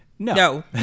No